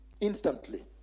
instantly